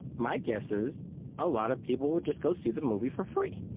my guess is a lot of people would just go see the movie for free.